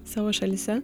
savo šalyse